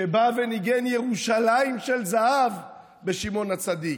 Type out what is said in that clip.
שבא וניגן "ירושלים של זהב" בשמעון הצדיק,